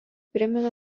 primena